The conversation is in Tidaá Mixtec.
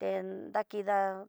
ne dakida ñadii kuaña, kua no ngue ñoño ho inña yingui kadangui koñote ngué ña iña kadañaño, teni u yo'ó ni kuá iin yo'o iin, nguiko yo'o inka nguiko nridi iin un xatuná ¡ajan ajan! Nrá chentiuna i iña, nridin xatu kuini naxá kadaña nguikoña kixon ta kida ñayingui no ngue ñoño, justiciá no no inka ña yingui nguá nonduá ho ño coyoté ña kiya ndingui, nrada kitañati nakida nguikoño na ku iin yo'ó agosto yá té kingui yo yukuxa ihó kano, kena yigui chitu inka xhichí nani xa te ñanani xañada nguiko ihó chikutu ñoo dakadiña i iin ña catillo ko iin ko dini xakaña iña no ihó mayordomo té ndadantaña, kende hon kataxaña koña iin ihá ho naxhinia hoña naxhiniá nridaxun nada ni taña i ian xa dakidaña nguiko ño iña ujun ni yo nida yo'ó yo nguiko nidá.